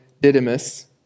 Didymus